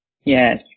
Yes